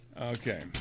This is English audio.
Okay